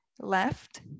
left